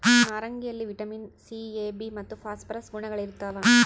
ನಾರಂಗಿಯಲ್ಲಿ vitamin C A B ಮತ್ತು phosphorus ಗುಣಗಳಿರ್ತಾವ